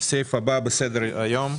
בסדר היום,